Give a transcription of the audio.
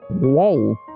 Whoa